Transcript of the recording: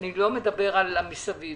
אני לא מדבר על מה שקורה מסביב.